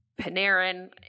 Panarin